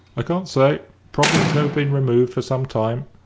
i can't say. probably it has not been removed for some time.